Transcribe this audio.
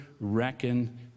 reckon